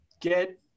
get